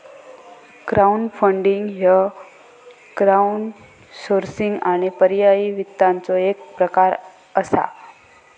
crowdfunding ह्य crowdsourcing आणि पर्यायी वित्ताचो एक प्रकार असा